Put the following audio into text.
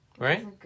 Right